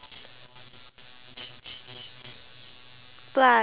okay K um my question my question are you ready